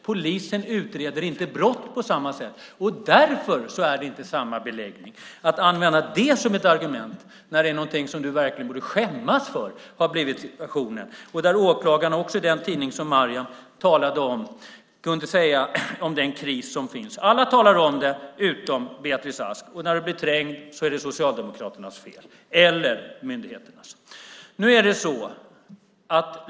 Polisen utreder inte brott på samma sätt. Därför är det inte samma beläggning. Du använder det som ett argument för något som du verkligen borde skämmas för. Åklagaren har i den tidning som Maryam talade om tagit upp krisen. Alla talar om den utom Beatrice Ask. När du blir trängd är det Socialdemokraternas eller myndigheternas fel.